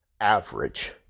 average